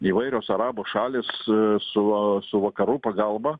įvairios arabų šalys su su vakarų pagalba